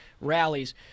rallies